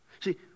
See